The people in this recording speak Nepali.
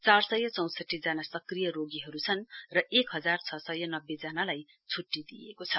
चार सय चौसंठीजना सक्रिय रोगीहरु छन् र एक हजार छ सय नब्बे जनालाई छुट्टी दिइएको छ